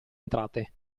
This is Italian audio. entrate